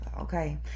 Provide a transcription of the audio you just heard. Okay